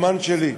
הזמן שלי.